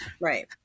right